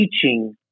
teaching